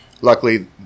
Luckily